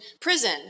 prison